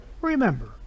Remember